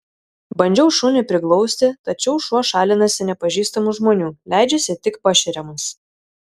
bandžiau šunį priglausti tačiau šuo šalinasi nepažįstamų žmonių leidžiasi tik pašeriamas